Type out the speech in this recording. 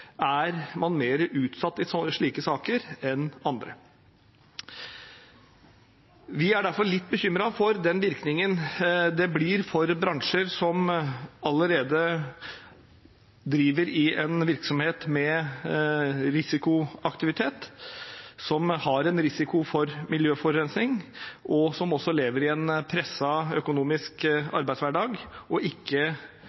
er man mer utsatt i slike saker enn i andre. Vi er derfor litt bekymret for den virkningen det har for bransjer som allerede driver i en virksomhet med risikoaktivitet, som har en risiko for miljøforurensning, og som også lever i en presset økonomisk